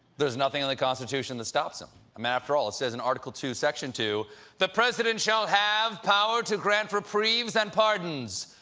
there is nothing in the constitution that stops him. um after all it says in article two section two the president shall have power to grant reprieves and pardons,